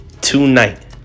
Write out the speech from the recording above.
tonight